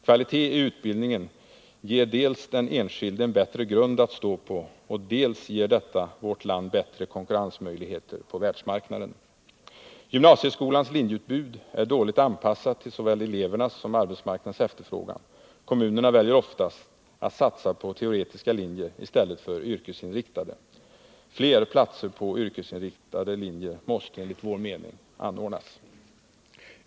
Kvalitet i utbildningen ger dels den enskilde en bättre grund att stå på, dels vårt land bättre konkurrensmöjligheter på världsmarknaden. Gymnasieskolans linjeutbud är dåligt anpassat till såväl elevernas som arbetsmarknadens efterfrågan. Kommunerna väljer oftast att satsa på teoretiska linjer, i stället för yrkesinriktade. Fler platser på yrkesinriktade linjer måste enligt vår mening anordnas.